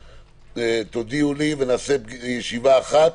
ונעשה ישיבה אחת.